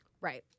Right